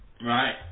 Right